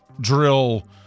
drill